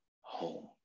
home